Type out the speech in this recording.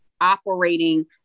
operating